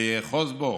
ויאחז בו